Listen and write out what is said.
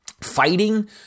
fighting